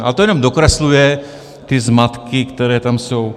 A to jen dokresluje ty zmatky, které tam jsou.